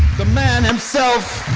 the man himself,